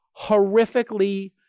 horrifically